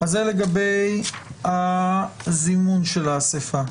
זה לגבי זימון האסיפה.